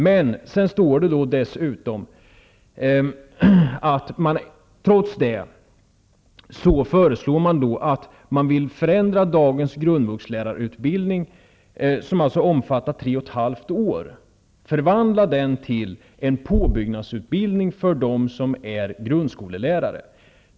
Men dessutom står det att man trots detta föreslår en ändring av dagens grundvuxlärarutbildning, som alltså omfattar tre och ett halvt års utbildning, och en förvandling av denna till en påbyggnadsutbildning för dem som är grundskollärare.